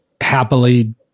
happily